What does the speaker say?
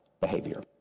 behavior